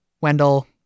Wendell